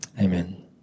amen